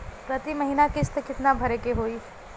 प्रति महीना किस्त कितना भरे के होई?